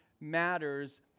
matters